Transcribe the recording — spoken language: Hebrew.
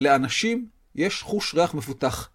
לאנשים יש חוש ריח מפותח.